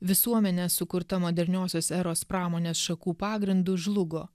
visuomenė sukurta moderniosios eros pramonės šakų pagrindu žlugo